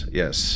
yes